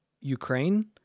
Ukraine